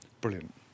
brilliant